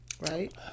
right